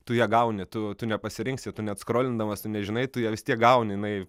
tu ją gauni tu tu nepasirinksi tu net skrolindamas tu nežinai tu ją vis tiek gauni jinai